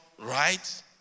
right